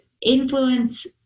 influence